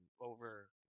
over